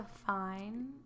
define